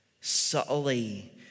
subtly